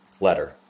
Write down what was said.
letter